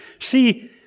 See